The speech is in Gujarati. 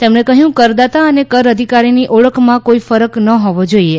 તેમણે કહ્યું કરદાતા અને કર અધિકારીની ઓળખમાં કોઈ ફરક ન હોવો જોઈએ